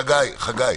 אם זה כך, חגי,